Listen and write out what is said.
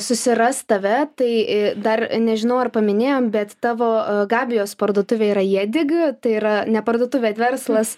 susiras tave tai dar nežinau ar paminėjom bet tavo gabijos parduotuvė yra jedig tai yra ne parduotuvė verslas